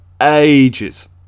ages